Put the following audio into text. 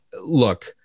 look